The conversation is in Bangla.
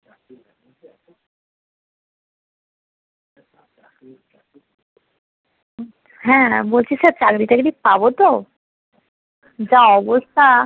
হ্যাঁ না বলছি স্যার চাকরি টাকরি পাবো তো যা অবস্থা